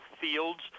fields